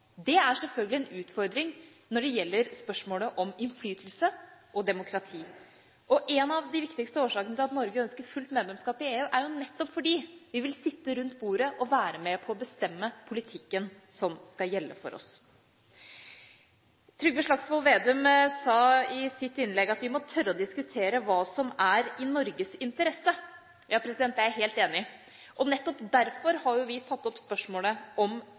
Det er selvfølgelig en utfordring når det gjelder spørsmålet om innflytelse og demokrati. En av de viktigste årsakene til at Norge ønsker fullt medlemskap i EU, er jo nettopp fordi vi vil sitte rundt bordet og være med på å bestemme politikken som skal gjelde for oss. Trygve Slagsvold Vedum sa i sitt innlegg at vi må tørre å diskutere hva som er i Norges interesse. Ja, det er jeg helt enig i, og nettopp derfor har vi tatt opp spørsmålet om